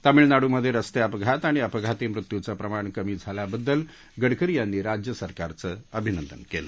तमिळनाडूमध्ये रस्ते अपघात आणि अपघाती मृत्यूचं प्रमाण कमी झाल्याबद्दल गडकरी यांनी राज्य सरकारचं अभिनंदन केलं